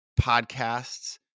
podcasts